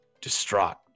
distraught